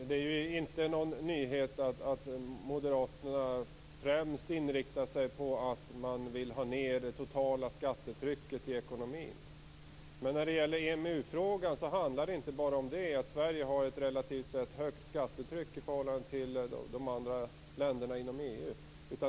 Fru talman! Det är ingen nyhet att Moderaterna främst inriktar sig på att man vill ha ned det totala skattetrycket i ekonomin. Men när det gäller EMU frågan handlar det inte bara om att Sverige har ett relativt sett högt skattetryck i förhållande till de andra länderna inom EU.